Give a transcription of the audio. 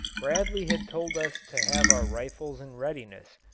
bradley had told us to have our rifles in readiness,